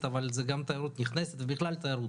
אבל זה גם תיירות נכנסת ובכלל תיירות,